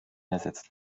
ersetzt